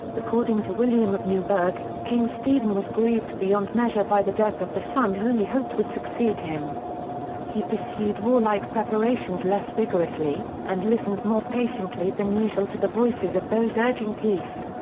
according to william of newburgh, king stephen was grieved beyond measure by the death of the son whom he hoped would succeed him he pursued warlike preparations less vigorously, and listened more patiently than usual to the voices of those urging peace.